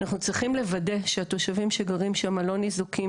אנחנו צריכים לוודא שהתושבים שגרים שמה לא ניזוקים